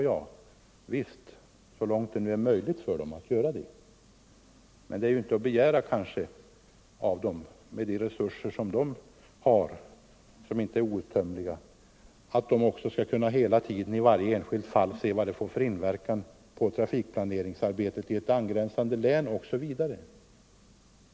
Ja, ja, så långt det nu är möjligt för SJ att göra det. Men det är kanske inte att begära av SJ, med de resurser SJ har — de är inte outtömliga — att man också i varje enskilt fall skall kunna se vad beslutet får för inverkan på trafikplaneringsarbetet i ett angränsande län, osv.